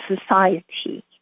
society